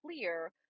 clear